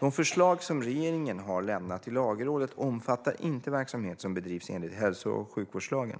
De förslag som regeringen har lämnat till Lagrådet omfattar inte verksamhet som bedrivs enligt hälso och sjukvårdslagen.